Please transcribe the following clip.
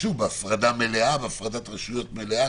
הפרדת רשויות מלאה,